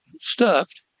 stuffed